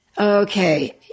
Okay